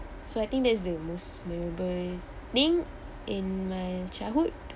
so I think that is the most memorable thing in my childhood